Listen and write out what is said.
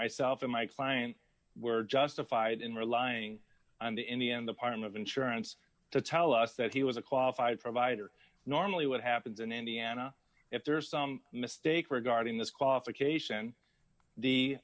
myself and my client were justified in relying on the in the end the partner of insurance to tell us that he was a qualified provider normally what happens in indiana if there is some mistake regarding this qualification the